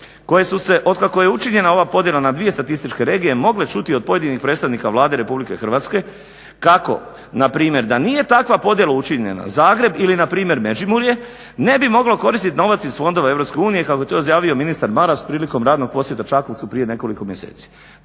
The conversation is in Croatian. koje su se otkako je učinjena ova podjela na dvije statističke regije mogle čuti od pojedinih predstavnika Vlade Republike Hrvatske kako npr. da nije takva podjela učinjena Zagreb ili npr. Međimurje ne bi moglo koristit novac iz fondova Europske unije kako je to izjavio ministar Maras prilikom radnog posjeta Čakovcu prije nekoliko mjeseci.